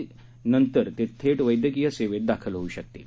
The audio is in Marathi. त्यानंतर ते थेट वैद्यकीय सेवेत दाखल होऊ शकतील